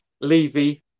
Levy